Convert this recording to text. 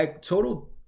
total